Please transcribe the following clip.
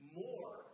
more